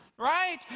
Right